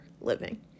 living